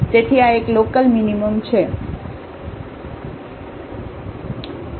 તેથી આ એક લોકલમીનીમમછે